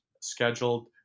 scheduled